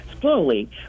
slowly